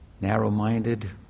narrow-minded